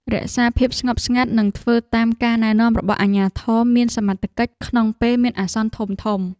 រក្សាភាពស្ងប់ស្ងាត់និងធ្វើតាមការណែនាំរបស់អាជ្ញាធរមានសមត្ថកិច្ចក្នុងពេលមានអាសន្នធំៗ។